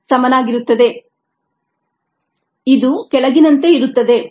Et Sk2 k3k1S ES ಇದು ಕೆಳಗಿನಂತೆ ಇರುತ್ತದೆ